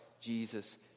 Jesus